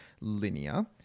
linear